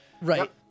Right